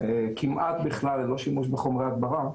כמעט בכלל ללא שימוש בחומרי הדברה,